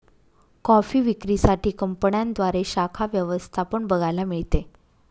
coffee विक्री साठी कंपन्यांद्वारे शाखा व्यवस्था पण बघायला मिळते